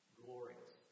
glorious